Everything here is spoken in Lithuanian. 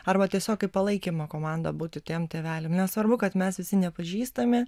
arba tiesiog kaip palaikymo komandą būti tiem tėveliam nesvarbu kad mes visi nepažįstami